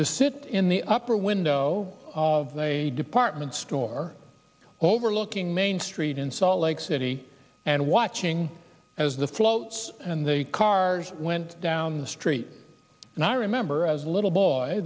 to sit in the upper window of a department store or overlooking main street in salt lake city and watching as the floats and the cars went down the street and i remember as a little boy